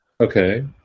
Okay